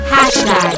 Hashtag